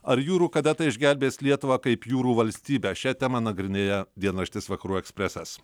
ar jūrų kadetai išgelbės lietuvą kaip jūrų valstybę šią temą nagrinėja dienraštis vakarų ekspresas